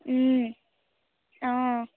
অঁ